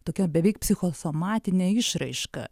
tokia beveik psichosomatinė išraiška